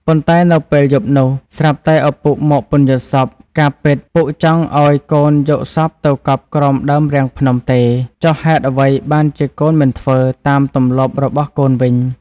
ប៉ុន្តែនៅពេលយប់នោះ ស្រាប់តែឪពុកមកពន្យល់សប្តិ ការពិតពុក ចង់ឱ្យកូនយកសពទៅកប់ក្រោមដើមរាំងភ្នំទេ! ចុះហេតុអ្វីបានជាកូនមិនធ្វើ តាមទម្លាប់របស់កូនវិញ? ។